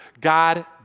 God